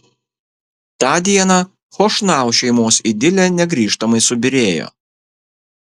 tą dieną chošnau šeimos idilė negrįžtamai subyrėjo